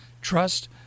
Trust